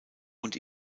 und